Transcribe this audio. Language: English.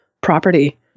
property